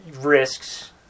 risks